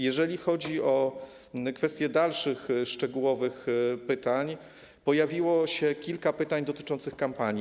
Jeżeli chodzi o kwestię dalszych szczegółowych pytań, pojawiło się kilka pytań dotyczących kampanii.